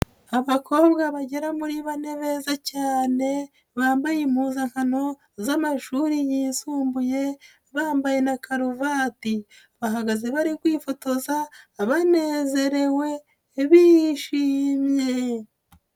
Abakobwa bagera muri bane beza cyane, bambaye impunzankano z'amashuri yisumbuye bambaye na karuvati bahagaze bari kwifotoza banezerewe bishimye.